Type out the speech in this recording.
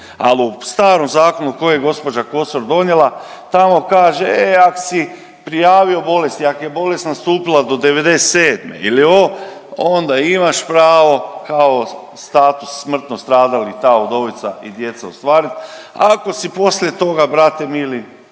al u starom zakonu koji je gospođa Kosor donijela tamo kaže, e ak si prijavio bolest, ak je bolest nastupila do '97. ili onda imaš pravo kao status smrtno stradali i ta udovica i djeca ostvarit, ako si polije toga brate mili